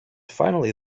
finally